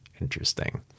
Interesting